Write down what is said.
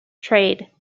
trade